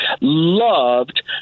loved